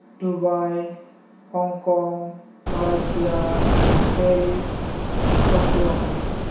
Dubai हंकं Malaysia Paris Tokyo